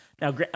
Now